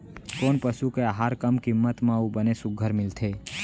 कोन पसु के आहार कम किम्मत म अऊ बने सुघ्घर मिलथे?